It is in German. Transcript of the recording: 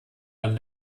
man